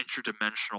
interdimensional